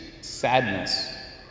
sadness